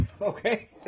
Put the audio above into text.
Okay